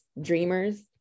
dreamers